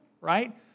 right